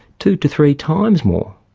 two to three times more.